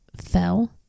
fell